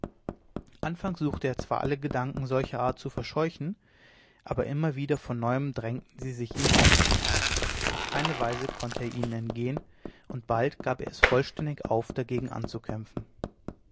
anfangs suchte er zwar noch alle gedanken solcher art zu verscheuchen aber immer wieder von neuem drängten sie sich ihm auf auf keine weise konnte er ihnen entgehen und bald gab er es vollständig auf dagegen anzukämpfen